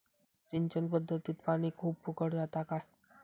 सिंचन पध्दतीत पानी खूप फुकट जाता काय?